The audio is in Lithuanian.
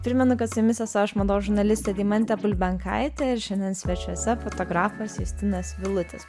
primenu kad su jumis esu aš mados žurnalistė deimantė bulbenkaitė ir šiandien svečiuose fotografas justinas vilutis